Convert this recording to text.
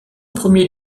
premier